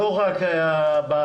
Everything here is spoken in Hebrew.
לא רק בבניין.